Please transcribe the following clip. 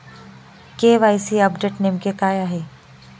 KYC update नेमके काय आहे?